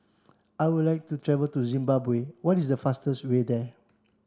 I would like to travel to Zimbabwe what is the fastest way there